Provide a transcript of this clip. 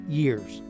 years